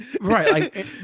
Right